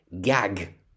Gag